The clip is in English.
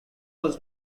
was